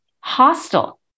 Hostile